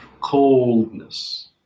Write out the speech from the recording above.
coldness